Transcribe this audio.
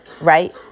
right